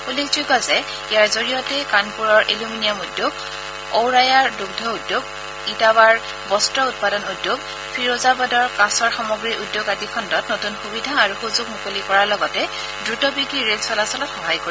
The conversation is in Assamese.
উল্লেখযোগ্য যে ইয়াৰ জৰিয়তে কানপুৰৰ এলুমিনিয়াম উদ্যোগ অউৰায়াৰ দুগ্ধ উদ্যোগ ইটাৱাৰ বস্ত্ৰ উৎপাদন উদ্যোগ ফিৰোজাবাদৰ কাঁচৰ সামগ্ৰীৰ উদ্যোগ আদি খণ্ডত নতূন সুবিধা আৰু সূযোগ মুকলি কৰাৰ লগতে দ্ৰুতবেগী ৰেল চলাচলত সহায় কৰিব